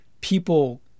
people